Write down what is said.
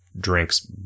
drinks